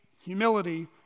humility